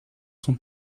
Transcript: sont